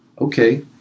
Okay